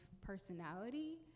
personality